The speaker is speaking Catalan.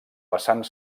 vessant